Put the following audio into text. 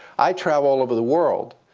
i travel all over the world.